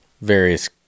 various